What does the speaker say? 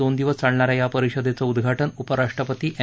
दोन दिवस चालणाऱ्या या परिषदेचं उद्याटन उपराष्ट्रपती एम